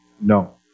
No